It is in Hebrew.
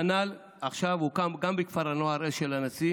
עכשיו הוקם גם בכפר הנוער אשל הנשיא